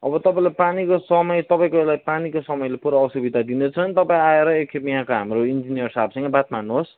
अब तपाईँलाई पानीको समय तपाईँको एउटा पानीको समयले पूरा असुविधा दिँदैछ भने तपाईँ आएर एकखेप यहाँको हाम्रो इन्जिनियर सापसँग बात मार्नुहोस्